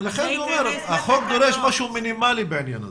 החוק דורש משהו מינימלי בעניין הזה.